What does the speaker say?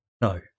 No